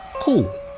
Cool